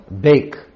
bake